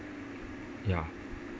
ya